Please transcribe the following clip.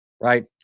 right